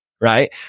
right